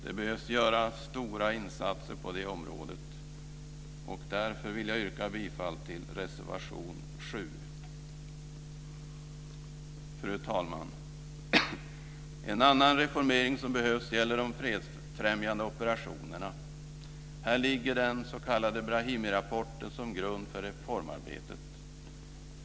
Det behöver göras stora insatser på det området, och därför vill jag yrka bifall till reservation 7. Fru talman! En annan reformering som behövs gäller de fredsfrämjande operationerna. Här ligger den s.k. Brahimirapporten till grund för reformarbetet.